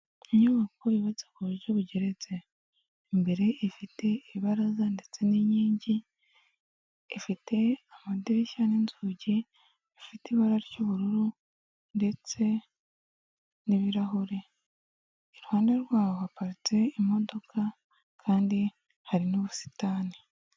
Inyubako yubatse ku buryo bugeretse. Imbere ifite ibaraza ndetse n'inkingi, ifite amadirishya n'inzugi bifite ibara ry'ubururu ndetse n'ibirahure. Iruhande rwaho haparitse imodoka kandi hari n'ubusitani.